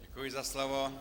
Děkuji za slovo.